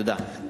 תודה.